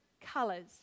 colors